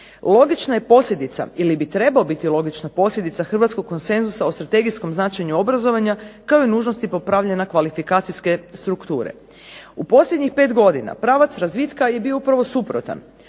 logična je posljedica ili bi trebao biti logična posljedica hrvatskog konsenzusa o strategijskom značenju obrazovanja, kao i nužnosti popravljanja kvalifikacijske strukture. U posljednjih 5 godina pravac razvitka je bio upravo suprotan.